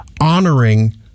honoring